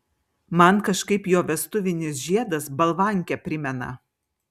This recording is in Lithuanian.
man kažkaip jo vestuvinis žiedas balvankę primena